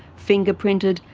fingerprinted,